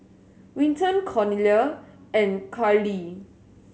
Winton Cornelia and Carli